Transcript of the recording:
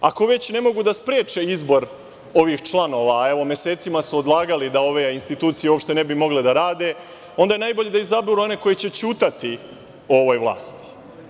Ako već ne mogu da spreče izbor ovih članova, a evo mesecima su odlagali da ove institucije uopšte ne bi mogle da rade, onda je najbolje da izaberu one koji će ćutati o ovoj vlasti.